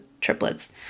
triplets